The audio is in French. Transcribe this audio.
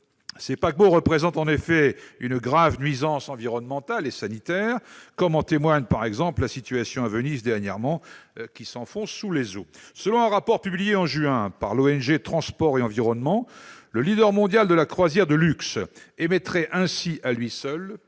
Ces paquebots représentent en effet une grave nuisance environnementale et sanitaire, comme en témoigne la situation de Venise, qui s'enfonce sous les eaux. Selon un rapport publié en juin par l'ONG Transport et environnement, le leader mondial de la croisière de luxe émettrait ainsi, à lui seul,